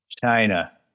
china